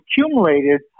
accumulated